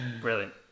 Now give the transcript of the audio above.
Brilliant